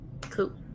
cool